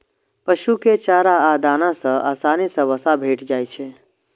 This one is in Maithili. पशु कें चारा आ दाना सं आसानी सं वसा भेटि जाइ छै